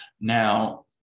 Now